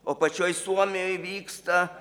o pačioj suomijoj vyksta